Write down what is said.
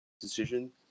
decision